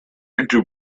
into